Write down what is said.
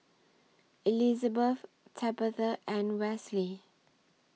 Elizabet Tabatha and Wesley